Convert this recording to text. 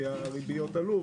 כי הריביות עלו,